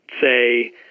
say